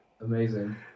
amazing